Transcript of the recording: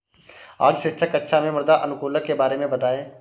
आज शिक्षक कक्षा में मृदा अनुकूलक के बारे में बताएं